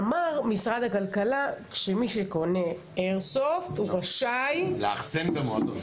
אמר משרד הכלכלה שמי שקונה איירסופט רשאי --- לאחסן במועדון.